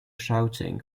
shouting